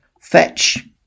Fetch